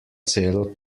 celo